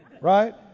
right